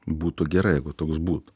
būtų gerai jeigu toks būtų